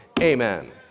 Amen